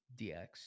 DX